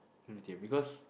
let me think ah because